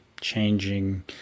changing